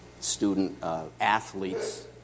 student-athletes